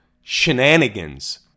Shenanigans